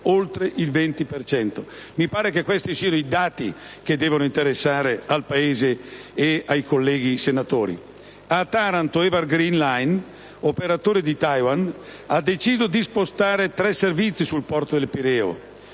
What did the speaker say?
Credo che questi siano i dati che debbano interessare il Paese ed i senatori. A Taranto, Evergreen Line*,* operatore di Taiwan, ha deciso di spostare tre servizi sul porto del Pireo